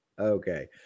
Okay